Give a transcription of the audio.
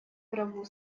траву